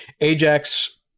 Ajax